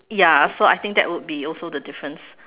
ya so I think that would also be the difference